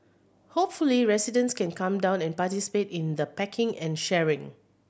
hopefully residents can come down and participate in the packing and sharing